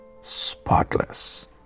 spotless